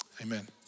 amen